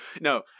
No